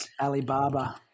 Alibaba